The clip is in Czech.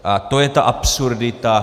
A to je ta absurdita.